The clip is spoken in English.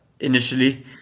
initially